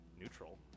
neutral